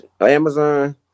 Amazon